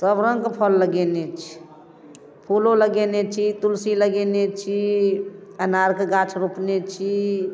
सब रङ्गके फल लगेने छी फूलो लगयने छी तुलसी लगयने छी अनारके गाछ रोपने छी